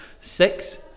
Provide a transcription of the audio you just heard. six